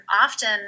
often